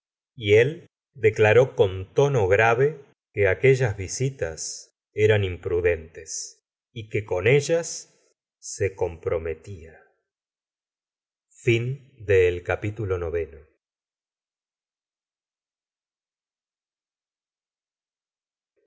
y él declaró con tono grave que aquellas visitas eran imprudentes y que con ellas se comprometía